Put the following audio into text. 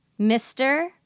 Mr